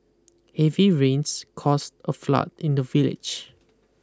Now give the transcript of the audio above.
heavy rains caused a flood in the village